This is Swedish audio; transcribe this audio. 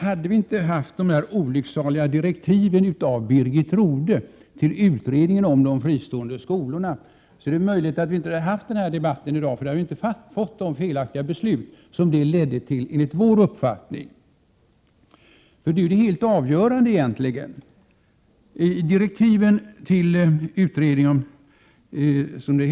Hade vi inte haft de olycksaliga direktiven av Birgit Rodhe till utredningen om de fristående skolorna, är det möjligt att vi inte hade haft den här debatten i dag, för då hade vi inte fått det, enligt vår mening, felaktiga beslut som utredningen ledde till. Det är egentligen det helt avgörande.